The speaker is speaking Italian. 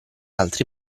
altri